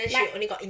like